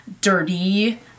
dirty